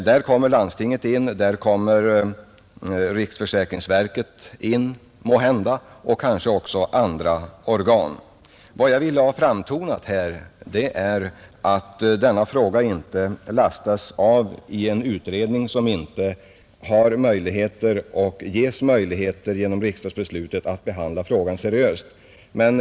Där kommer landstinget in, måhända riksförsäkringsverket och kanske också andra organ. Vad jag ville ha framtonat här är att denna fråga inte lastas av i en utredning, som inte har möjligheter eller ges möjligheter genom riksdags beslutet att behandla frågan seriöst.